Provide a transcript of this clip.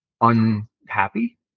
unhappy